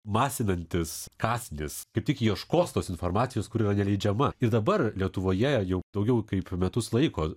masinantis kąsnis kaip tik ieškos tos informacijos kuriuo neleidžiama ir dabar lietuvoje jau daugiau kaip metus laiko